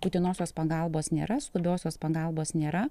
būtinosios pagalbos nėra skubiosios pagalbos nėra